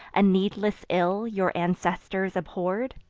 a needless ill your ancestors abhorr'd?